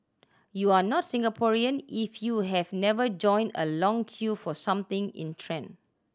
you are not Singaporean if you have never joined a long queue for something in trend